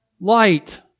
light